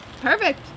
Perfect